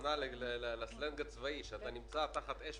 בכוונה לסלנג הצבאי שאתה נמצא תחת האש,